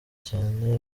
cyane